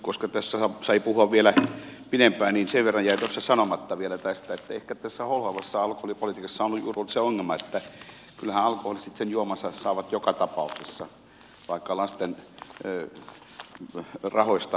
koska tässä sai puhua vielä pidempään niin sen verran jäi tuossa sanomatta vielä tästä että ehkä tässä holhoavassa alkoholipolitiikassa on juuri ollut se ongelma että kyllähän alkoholistit sen juomansa saavat joka tapauksessa vaikka lasten rahoista